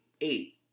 Eight